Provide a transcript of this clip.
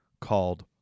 called